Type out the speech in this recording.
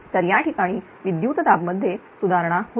तर या ठिकाणी विद्युतदाब मध्ये सुधारणा होईल